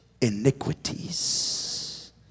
iniquities